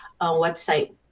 website